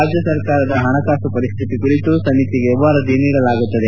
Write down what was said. ರಾಜ್ಯ ಸರ್ಕಾರದ ಹಣಕಾಸು ಪರಿಸ್ಥಿತಿ ಕುರಿತು ಸಮಿತಿಗೆ ವರದಿ ನೀಡಲಾಗುತ್ತದೆ